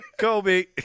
Kobe